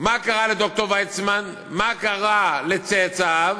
מה קרה לד"ר ויצמן, מה קרה לצאצאיו